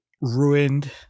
ruined